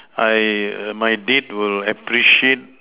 I err my date will appreciate